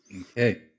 Okay